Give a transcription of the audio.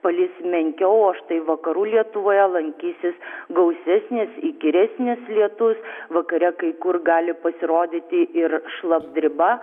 palis menkiau o štai vakarų lietuvoje lankysis gausesnis įkyresnis lietus vakare kai kur gali pasirodyti ir šlapdriba